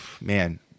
man